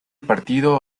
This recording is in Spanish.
partido